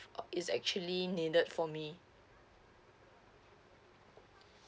uh it's actually needed for me